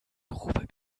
grube